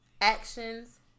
actions